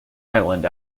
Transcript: island